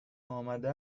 آمده